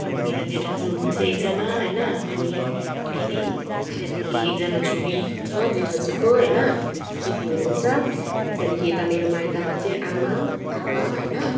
अनि मेरो जेठाजु हुनुहुन्छ एकजना होइन अनि दिदी त्यहाँदेखि एकजना छोरी छ जेठाजुको होइन त्यति हुनुहुन्छ त्यहाँदेखि यता मेरो माइतमा चाहिँ आमा आपा होइन